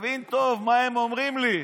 ותבין טוב מה הם אומרים לי,